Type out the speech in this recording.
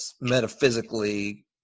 metaphysically